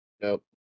Nope